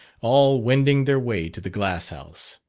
all wending their way to the glass-house.